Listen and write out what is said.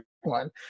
one